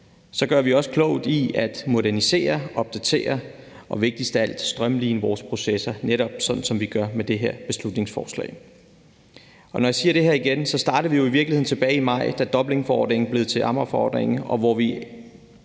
gør vi også klogt i at modernisere, opdatere og vigtigst af alt strømline vores processer, netop sådan som vi gør med det her beslutningsforslag. Når jeg siger det her igen, starter vi jo i virkeligheden tilbage i maj, da Dublinforordningen blev til AMMR-forordningen, og hvor vi